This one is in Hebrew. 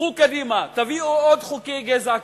לכו קדימה, תביאו עוד חוקי גזע כאלו.